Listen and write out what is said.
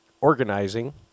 organizing